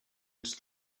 into